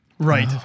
Right